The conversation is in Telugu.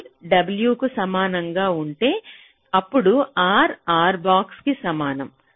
L w కు సమానంగా ఉంటే అప్పుడు R R⧠ కి సమానం